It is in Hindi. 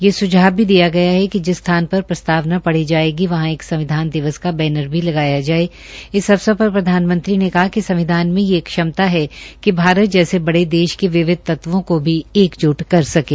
ये स्झाव भी दिया गया है कि जिस स्थान पर प्रस्तावना पढ़ी जायेगी वहां एक संविधान दिवस का बैनर भी लगाया जाये इस अवसर पर प्रधानमंत्री ने कहा कि संविधान में ये क्षमता है कि भारत जैसे बडे देश के विविध तत्वों को एकज्ट कर सकें